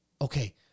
Okay